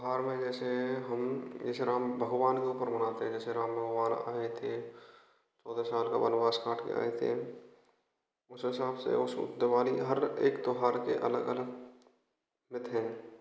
त्योहार में जैसे हम जैसे राम भगवान के ऊपर मनाते हैं जैसे राम हमारे आये थे चौदह साल का वनवास काट कर आए थे उस हिसाब से उस समय दिवाली हर एक त्योहार के अलग अलग ये थे